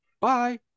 bye